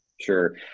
Sure